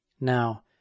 Now